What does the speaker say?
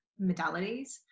modalities